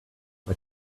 but